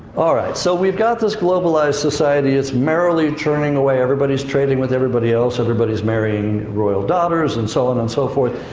alright, so we've got this globalized society, it's merrily churning away, everybody's trading with everybody else, everybody's marrying royal daughters, and so on and so forth.